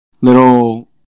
little